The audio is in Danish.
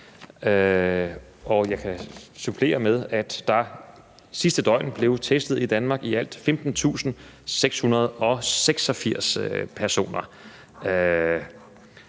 Jeg kan supplere med, at der sidste døgn i Danmark blev testet i alt 15.686 personer,